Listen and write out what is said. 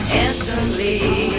instantly